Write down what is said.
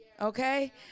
okay